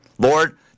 Lord